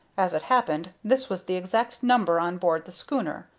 as it happened, this was the exact number on board the schooner.